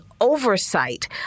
oversight